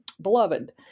Beloved